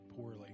poorly